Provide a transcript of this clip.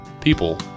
people